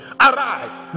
Arise